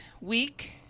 week